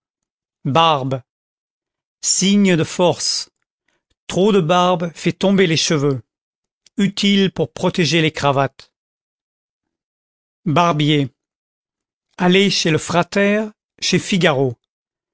barbe signe de force trop de barbe fait tomber les cheveux utile pour protéger les cravates barbier aller chez le frater chez figaro